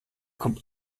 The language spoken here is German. kommt